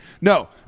no